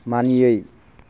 मानियै